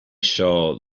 saw